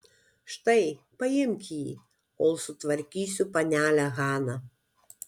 štai paimk jį kol sutvarkysiu panelę haną